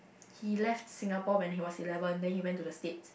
he left Singapore when he was eleven then he went to the states